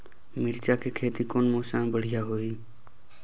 मिरचा के खेती कौन मौसम मे बढ़िया होही?